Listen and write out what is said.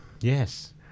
Yes